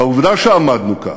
העובדה שעמדנו כך,